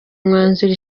mwanzuro